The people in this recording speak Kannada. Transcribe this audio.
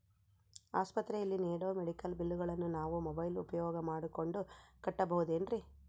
ಆಸ್ಪತ್ರೆಯಲ್ಲಿ ನೇಡೋ ಮೆಡಿಕಲ್ ಬಿಲ್ಲುಗಳನ್ನು ನಾವು ಮೋಬ್ಯೆಲ್ ಉಪಯೋಗ ಮಾಡಿಕೊಂಡು ಕಟ್ಟಬಹುದೇನ್ರಿ?